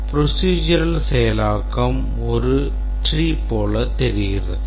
Procedural செயலாக்கம் ஒரு tree போல் தெரிகிறது